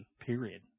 period